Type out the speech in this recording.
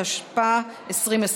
התשפ"א 2020,